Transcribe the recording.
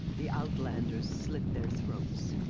the outlanders slit their throats.